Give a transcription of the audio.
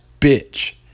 bitch